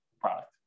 product